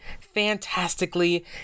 fantastically